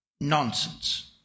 nonsense